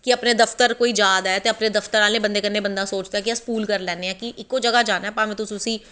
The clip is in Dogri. कि अपनें दफ्तर कोई जा दा ऐ ते अपनें दफ्तर आह्ले बंदे कन्नैं बंदा सोचदा कि अस पूल करी लैन्नें आं इक्को जगाह् जाना ऐ भामें तुस उसी अपनां हिसाव